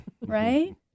right